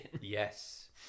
Yes